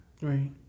Right